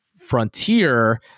Frontier